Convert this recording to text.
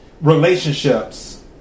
relationships